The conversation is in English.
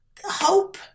hope